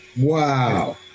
Wow